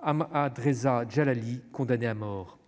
Ahmad Reza Jalali, condamnés à mort,